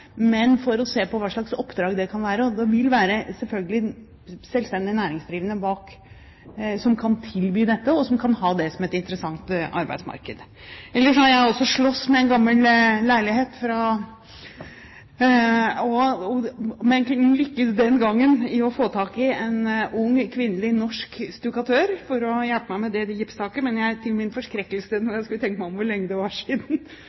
men for å se på hva slags oppdrag det kan være. Det vil selvfølgelig være selvstendig næringsdrivende bak som kan tilby dette og som kan ha det som et interessant arbeidsmarked. Ellers har jeg også slåss med en gammel leilighet, og det lyktes meg den gangen å få tak i en ung kvinnelig norsk stukkatør til å hjelpe meg med det gipstaket, men til min forskrekkelse – når jeg tenker meg om hvor lenge det